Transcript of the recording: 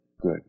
good